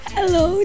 Hello